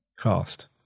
cast